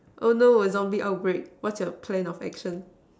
oh no when zombie outbreak what's your plan of action